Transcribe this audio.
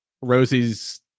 Rosie's